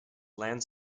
land